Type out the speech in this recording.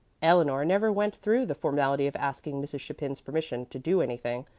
eleanor never went through the formality of asking mrs. chapin's permission to do anything,